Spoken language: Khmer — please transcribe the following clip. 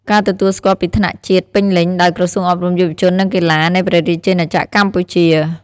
ការទទួលស្គាល់ពីថ្នាក់ជាតិពេញលេញដោយ ក្រសួងអប់រំ យុវជន និងកីឡា នៃព្រះរាជាណាចក្រកម្ពុជា។